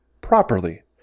properly